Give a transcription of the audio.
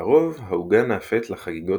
לרוב העוגה נאפת לחגיגות